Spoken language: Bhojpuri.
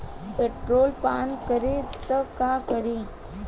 पेट्रोल पान करी त का करी?